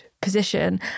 position